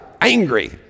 angry